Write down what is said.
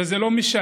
וזה לא משנה